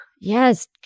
Yes